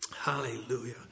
hallelujah